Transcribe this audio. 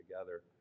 together